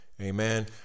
Amen